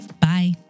Bye